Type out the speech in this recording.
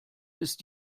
ist